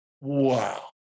Wow